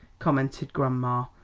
commented grandma,